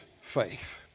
faith